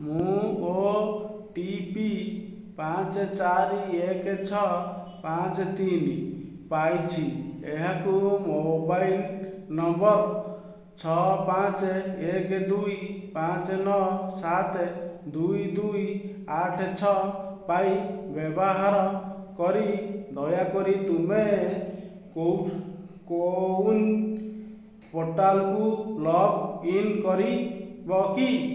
ମୁଁ O T P ପାଞ୍ଚ ଚାରି ଏକ ଛଅ ପାଞ୍ଚ ତିନି ପାଇଛି ଏହାକୁ ମୋବାଇଲ ନମ୍ବର ଛଅ ପାଞ୍ଚ ଏକ ଦୁଇ ନଅ ସାତ ଦୁଇ ଦୁଇ ଆଠ ଛଅ ପାଇଁ ବ୍ୟବହାର କରି ଦୟାକରି ତୁମେ କୋୱିନ୍ ପୋର୍ଟାଲ୍କୁ ଲଗ୍ ଇନ୍ କରିବ କି